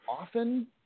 often